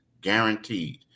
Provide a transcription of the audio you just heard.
Guaranteed